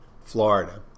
Florida